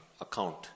account